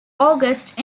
august